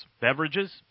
beverages